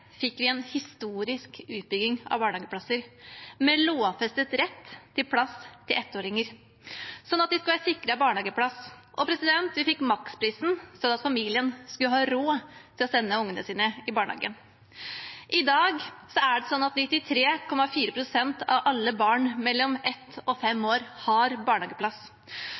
fikk vi en historisk utbygging av barnehageplasser, med lovfestet rett til plass til ettåringer, sånn at de skulle være sikret barnehageplass. Og vi fikk maksprisen, sånn at familier skulle ha råd til å sende ungene sine i barnehagen. I dag er det sånn at 93,4 pst. av alle barn mellom ett og fem år har barnehageplass.